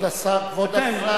אתם.